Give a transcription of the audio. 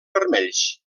vermells